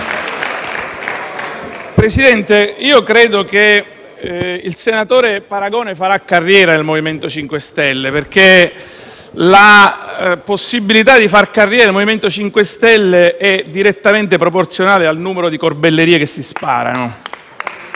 PD)*. Io credo che il senatore Paragone farà carriera nel MoVimento 5 Stelle, perché la possibilità di fare carriera nel MoVimento 5 Stelle è direttamente proporzionale al numero di corbellerie che si sparano.